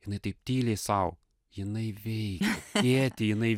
jinai taip tyliai sau jinai veikia tėti jinai